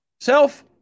self